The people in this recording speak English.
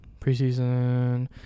Preseason